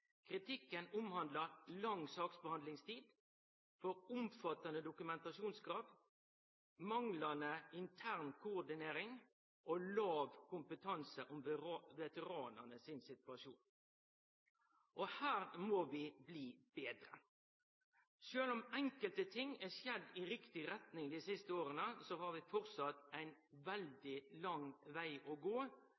Kritikken omhandlar lang saksbehandlingstid, for omfattande dokumentasjonskrav, manglande intern koordinering og låg kompetanse om situasjonen til veteranane. Her må vi bli betre. Sjølv om det er enkelte trekk ved utviklinga dei siste åra som peikar i riktig retning, har vi framleis ein